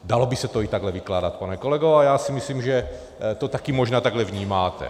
Dalo by se to i takhle vykládat, pane kolego, a já si myslím, že to taky možná takhle vnímáte.